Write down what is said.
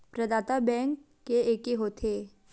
प्रदाता बैंक के एके होथे?